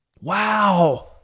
wow